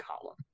column